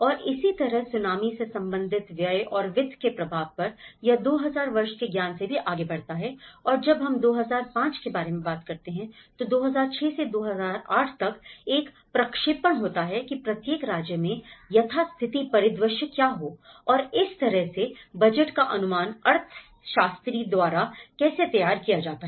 और इसी तरह सुनामी से संबंधित व्यय और वित्त के प्रभाव पर यह 2000 वर्ष के ज्ञान से भी आगे बढ़ता है और जब हम 2005 के बारे में बात करते हैं तो 2006 से 2008 तक एक प्रक्षेपण होता है कि प्रत्येक राज्य में यथास्थिति परिदृश्य क्या हो और इस तरह से बजट का अनुमान अर्थशास्त्री द्वारा कैसे तैयार किया जाता है